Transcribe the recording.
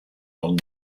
along